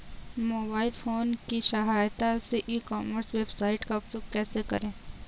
Mobile phone की सहायता से ई कॉमर्स वेबसाइट का उपयोग कैसे करें?